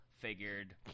figured